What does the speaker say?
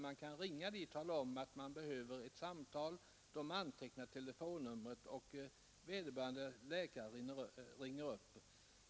Man kan ringa och tala om att man behöver ett samtal, telefonnumret antecknas och vederbörande läkare ringer upp.